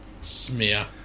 smear